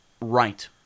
right